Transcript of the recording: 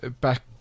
back